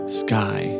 sky